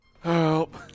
help